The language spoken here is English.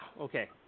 Okay